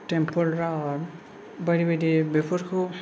तेम्पोल रान बायदि बायदि बेफोरखौ